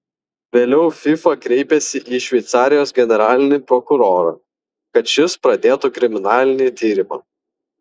vėliau fifa kreipėsi į šveicarijos generalinį prokurorą kad šis pradėtų kriminalinį tyrimą